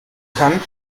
kann